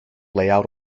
layout